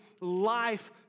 life